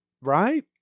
right